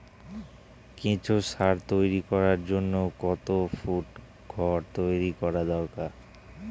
কেঁচো সার তৈরি করার জন্য কত ফুট ঘর তৈরি করা দরকার?